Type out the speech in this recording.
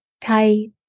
tight